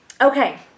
Okay